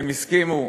הם הסכימו?